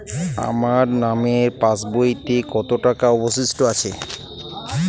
আমার নামের পাসবইতে কত টাকা অবশিষ্ট আছে?